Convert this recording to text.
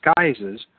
disguises